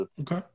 Okay